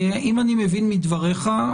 אם אני מבין מדבריך,